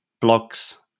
blocks